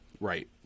right